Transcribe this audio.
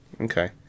Okay